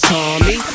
Tommy